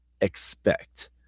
expect